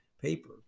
paper